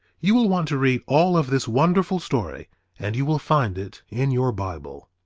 you will want to read all of this wonderful story and you will find it in your bible,